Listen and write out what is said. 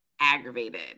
aggravated